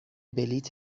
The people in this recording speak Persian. بلیط